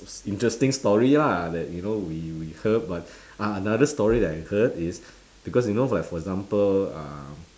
interesting story lah that you know we we heard but ah another story that I heard is because you know like for example um